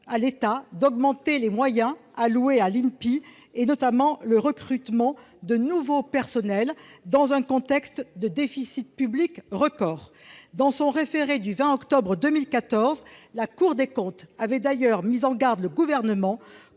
à l'État d'augmenter les moyens alloués à l'INPI, notamment le recrutement de nouveaux personnels, dans un contexte de déficit public record. Dans son référé du 20 octobre 2014, la Cour des comptes avait d'ailleurs mis en garde le Gouvernement